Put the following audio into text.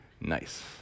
nice